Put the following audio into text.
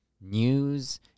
news